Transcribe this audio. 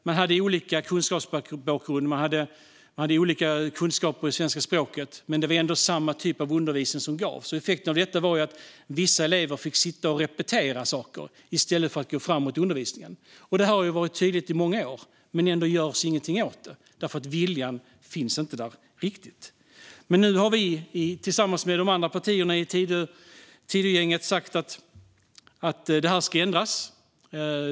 Man hade olika kunskapsbakgrund och olika kunskaper i svenska språket, men det var ändå samma typ av undervisning som gavs. Effekten av detta var att vissa elever fick sitta och repetera saker i stället för att gå framåt i undervisningen. Detta har varit tydligt i många år, men ändå görs ingenting åt det, för viljan finns inte riktigt där. Nu har vi tillsammans med de andra partierna i Tidögänget sagt att detta ska ändras.